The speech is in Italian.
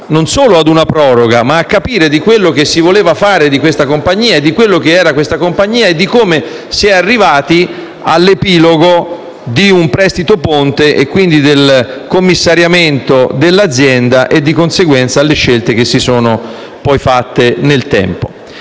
un senso a una proroga, ma di capire quello che si voleva fare di questa compagnia, quello che era questa compagnia e come se si fosse arrivati all'epilogo di un prestito ponte, quindi al commissariamento dell'azienda e, di conseguenza, alle scelte che si sono fatte nel tempo.